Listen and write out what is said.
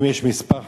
אם יש כמה חברים,